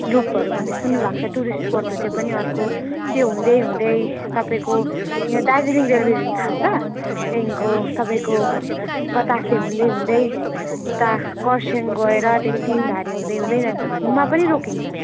लुपहरू भन्ने सुन्नु भएको छ टुरिस्ट स्पोट हो त्यो पनि अर्को त्यो हुँदैहुँदै तपाईँको यहाँ दार्जिलिङ रेलवेदेखि थाल्छ त्यहाँदेखिको तपाईँको बतासे हुँदैहुँदै उता खरसाङ गएर त्यहाँदेखि तिनधारे हुँदैहुँदै जान्छ घुममा पनि रोकिन्छ